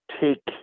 take